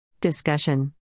Discussion